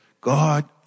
God